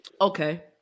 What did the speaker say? Okay